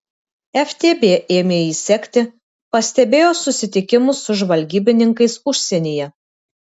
ftb ėmė jį sekti pastebėjo susitikimus su žvalgybininkais užsienyje